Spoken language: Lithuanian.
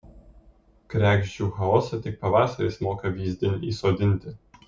kregždžių chaosą tik pavasaris moka vyzdin įsodinti